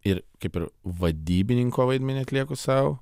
ir kaip ir vadybininko vaidmenį atlieku sau